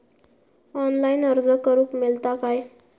Online अर्ज करूक मेलता काय?